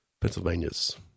Pennsylvania's